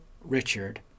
Richard